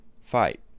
Fight